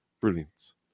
brilliance